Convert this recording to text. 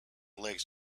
legs